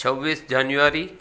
છવ્વીસ જાન્યુઆરી